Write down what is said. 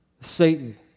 Satan